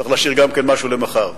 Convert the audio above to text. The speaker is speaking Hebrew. צריך להשאיר גם משהו למחר.